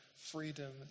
freedom